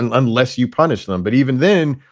and unless you punish them. but even then,